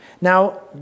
Now